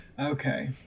Okay